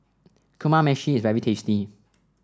Kamameshi is very tasty